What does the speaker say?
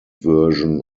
version